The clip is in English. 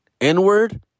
N-word